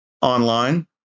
online